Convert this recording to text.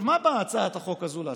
מה באה הצעת החוק הזו לעשות,